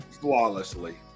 Flawlessly